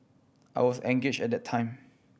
I was engage at that time